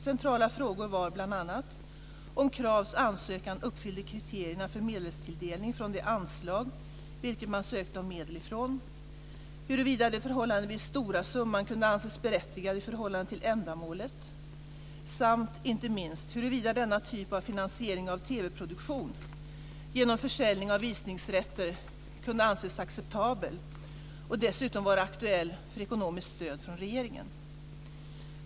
Centrala frågor var bl.a. om Kravs ansökan uppfyllde kriterierna för medelstilldelning från det anslag vilket man ansökte om medel från, huruvida den förhållandevis stora summan kunde anses berättigad i förhållande till ändamålet samt, inte minst, huruvida denna typ av finansiering av TV-produktion genom försäljning av visningsrätter kunde anses acceptabel och dessutom vara aktuell för ekonomiskt stöd från regeringen.